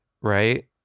right